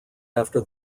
after